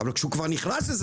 אבל כשהוא כבר נכנס לזה,